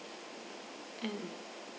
and